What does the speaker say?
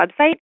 website